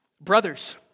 Brothers